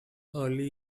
early